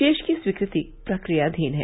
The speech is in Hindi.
रोष की स्वीकृति प्रक्रियाधीन है